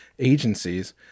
agencies